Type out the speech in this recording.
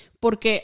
Porque